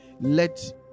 Let